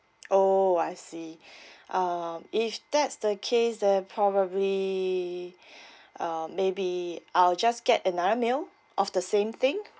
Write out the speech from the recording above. oh I see um if that's the case then probably um maybe I'll just get another meal of the same thing